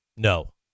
No